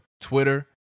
Twitter